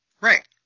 Right